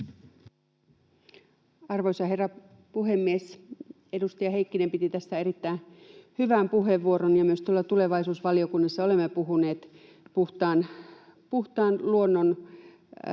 Arvoisa herra puhemies! Edustaja Heikkinen piti tästä erittäin hyvän puheenvuoron, ja myös tuolla tulevaisuusvaliokunnassa olemme puhuneet puhtaan luonnon